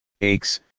aches